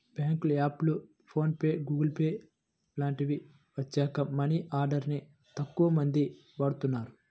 బ్యేంకుల యాప్లు, PhonePe, Google pay లాంటివి వచ్చాక మనీ ఆర్డర్ ని తక్కువమంది వాడుతున్నారు